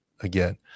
again